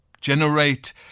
generate